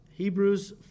Hebrews